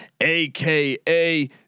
AKA